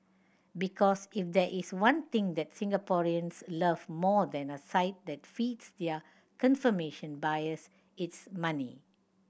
because if there is one thing that Singaporeans love more than a site that feeds their confirmation bias it's money